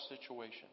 situation